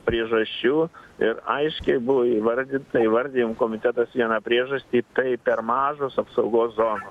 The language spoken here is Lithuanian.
priežasčių ir aiškiai buvo įvardyta įvardijom komitetas vieną priežastį tai per mažos apsaugos zonos